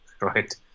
right